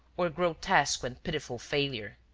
or grotesque and pitiful failure.